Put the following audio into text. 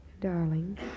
darling